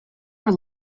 were